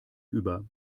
über